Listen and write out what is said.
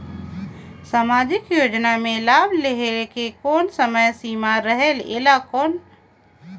समाजिक योजना मे लाभ लहे के कोई समय सीमा रहे एला कौन?